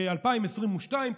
ב-2022,